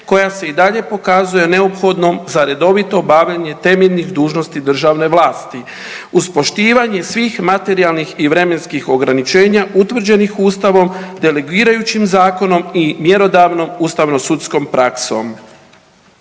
koja se i dalje pokazuje neophodnom za redovito obavljanje temeljnih dužnosti državne vlasti uz poštivanje svih materijalnih i vremenskih ograničenja utvrđenih Ustavom, delegirajućim zakonom i mjerodavnom ustavnosudskom praksom.